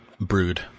brood